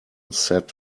set